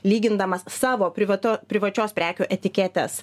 lygindamas savo privato privačios prekių etiketės